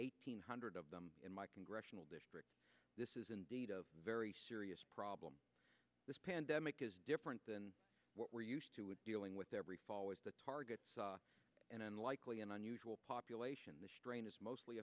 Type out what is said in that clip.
eighteen hundred of them in my congressional district this is indeed a very serious problem this pandemic is different than what we're used to dealing with every fall was the target an unlikely and unusual population the strain is mostly